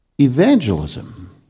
evangelism